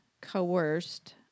coerced